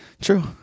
True